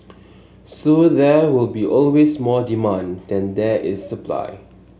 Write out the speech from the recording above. so there will be always more demand than there is supply